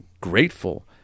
grateful